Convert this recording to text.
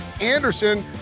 Anderson